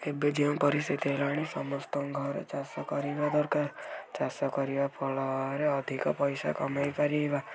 ଏବେ ଯେଉଁ ପରିସ୍ଥିତି ହେଲାଣି ସମସ୍ତଙ୍କ ଘର ଚାଷ କରିବା ଦରକାର ଚାଷ କରିବା ଫଳରେ ଅଧିକ ପଇସା କମେଇ ପାରିବା